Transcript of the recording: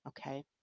Okay